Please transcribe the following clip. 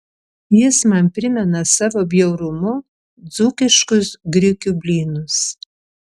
jis man primena savo bjaurumu dzūkiškus grikių blynus